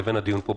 לבין הדיון פה,